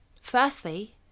Firstly